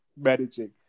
managing